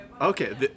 okay